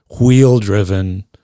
wheel-driven